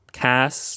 cast